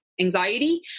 anxiety